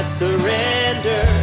surrender